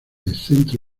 centro